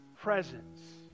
presence